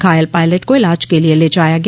घायल पायलट को इलाज के लिये ले जाया गया